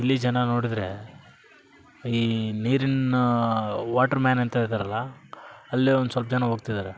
ಇಲ್ಲಿ ಜನ ನೋಡಿದರೆ ಈ ನೀರಿನ ವಾಟ್ರ್ ಮ್ಯಾನ್ ಅಂತ ಇದ್ದಾರಲ್ಲ ಅಲ್ಲೇ ಒಂದು ಸ್ವಲ್ಪ್ ಜನ ಹೋಗ್ತಿದ್ದಾರೆ